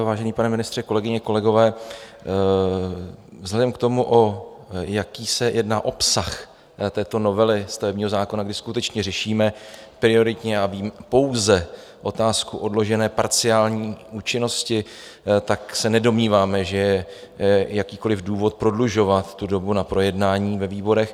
Vážený pane ministře, kolegyně, kolegové, vzhledem k tomu, o jaký se jedná obsah této novely stavebního zákona, kdy skutečně řešíme prioritně a pouze otázku odložené parciální účinnosti, tak se nedomníváme, že je jakýkoli důvod prodlužovat dobu na projednání ve výborech.